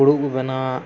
ᱯᱷᱩᱲᱩᱜ ᱵᱚ ᱵᱮᱱᱟᱣᱟ